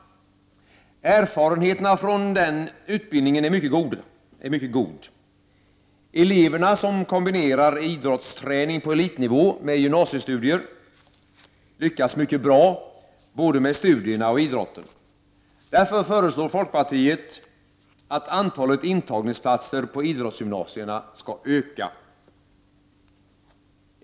Erfarenheterna från den utbildningen är mycket god. Eleverna, som kombinerar idrottsträning på elitnivå med gymnasiestudier, lyckas mycket bra — både med studierna och idrotten. Därför föreslår folkpartiet att antalet intagningsplatser på idrottsgymnasierna skall öka.